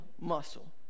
muscle